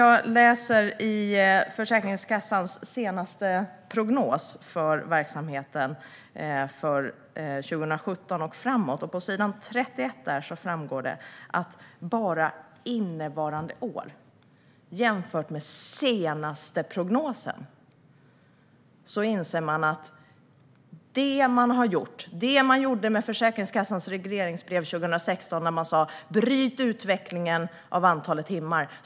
Jag har läst i Försäkringskassans senaste prognos för verksamheten från 2017 och framåt. På s. 31 kan man ta del av prognosen för 2017 jämfört med den senaste prognosen. I Försäkringskassans regleringsbrev för 2016 sa man: Bryt utvecklingen av antalet timmar!